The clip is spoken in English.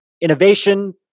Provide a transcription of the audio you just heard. innovation